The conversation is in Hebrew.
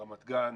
רמת גן,